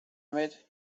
med